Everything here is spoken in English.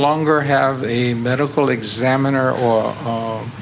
longer have a medical examiner or